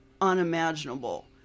unimaginable